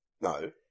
No